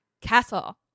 Castle